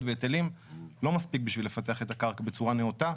והיטלים לא מספיק בשביל לפתח את הקרקע בצורה נאותה.